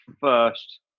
first